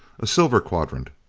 a silver quadrant.